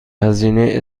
هزینه